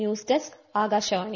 news desk Akashvani